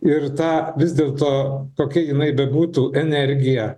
ir tą vis dėlto kokia jinai bebūtų energiją